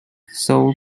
soul